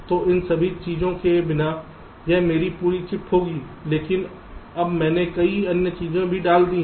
तो इन सभी चीजों के बिना यह मेरी पूरी चिप होगी लेकिन अब मैंने कई अन्य चीजें भी डाल दी हैं